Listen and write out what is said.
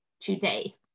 today